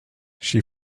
she